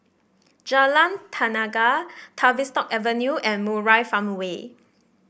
Jalan Tenaga Tavistock Avenue and Murai Farmway